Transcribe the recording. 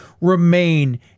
remain